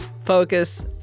focus